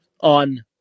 on